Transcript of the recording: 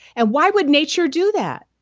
and why would nature do that?